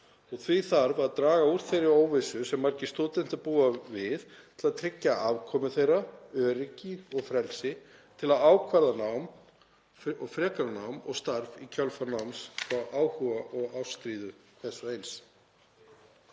Því þarf að draga úr þeirri óvissu sem margir stúdentar búa við til að tryggja afkomu þeirra, öryggi og frelsi til að ákvarða nám og frekara nám og starf í kjölfar náms eftir áhuga og ástríðu hvers og eins.